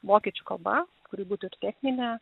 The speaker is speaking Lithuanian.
vokiečių kalba kuri būtų techninė